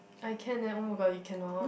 I can eh oh my god you cannot